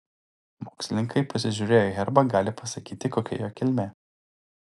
mokslininkai pasižiūrėję į herbą gali pasakyti kokia jo kilmė